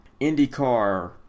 IndyCar